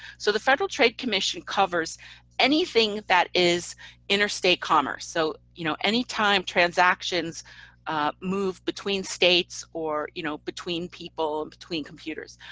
so the federal trade commission covers anything that is interstate commerce. so, you know, any time transactions move between states or you know, between people between computers.